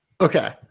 Okay